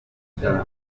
igitaramo